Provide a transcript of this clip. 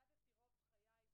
היום יום שלישי,